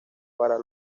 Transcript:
para